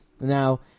Now